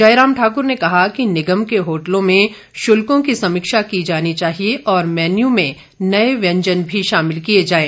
जयराम ठाक्र ने कहा कि निगम के होटलों में शुल्कों की समीक्षा की जानी चाहिए और मैन्यू में नए व्यंजन भी शामिल किए जाएं